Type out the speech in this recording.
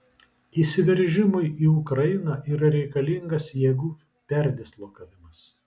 įsiveržimui į ukrainą yra reikalingas jėgų perdislokavimas